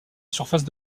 surface